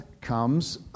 comes